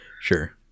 Sure